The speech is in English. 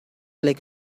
like